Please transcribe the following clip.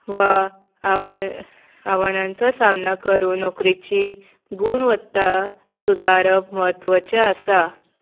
वा आव आव्हानांचो सामना करून नोकरीची गूणवत्ता सुदारप म्हत्वाचें आसा